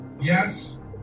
Yes